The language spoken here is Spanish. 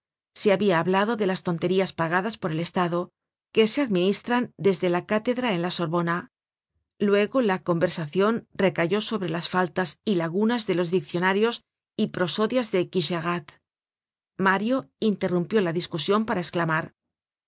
se habia hablado de las tonterías pagadas por el estado que se administran desde la cátedra en la sorbona luego la conversacion recayó sobre las faltas y lagunas de los diccionarios y prosodias de quicherat mario interrumpió la discusion para esclamar